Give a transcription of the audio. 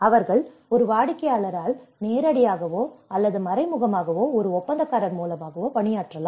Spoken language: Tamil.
அவர்கள் ஒரு வாடிக்கையாளரால் நேரடியாகவோ அல்லது மறைமுகமாக ஒரு ஒப்பந்தக்காரர் மூலமாகவோ பணியாற்றலாம்